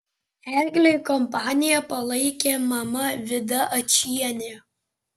eglei kompaniją palaikė mama vida ačienė